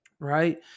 right